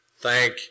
thank